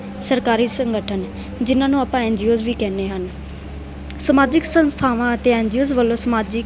ਸਰਕਾਰੀ ਸੰਗਠਨ ਜਿਹਨਾਂ ਨੂੰ ਆਪਾਂ ਐਨ ਜੀ ਓਜ ਵੀ ਕਹਿੰਦੇ ਹਨ ਸਮਾਜਿਕ ਸੰਸਥਾਵਾਂ ਅਤੇ ਐਨ ਜੀ ਓਜ ਵੱਲੋਂ ਸਮਾਜਿਕ